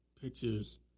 pictures